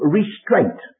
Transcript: restraint